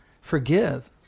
forgive